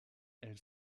elle